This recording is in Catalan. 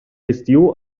estiu